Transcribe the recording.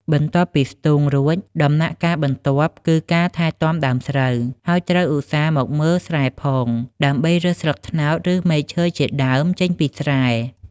បន្ទាប់ពីស្ទូងរួច ដំណាក់កាលបន្ទាប់គឺការថែទាំដើមស្រូវ ហើយត្រូវឧស្សាហ៍មកមើលស្រែផង ដើម្បីរើសស្លឹកត្នោត ឬមែកឈើជាដើម ចេញពីស្រែ។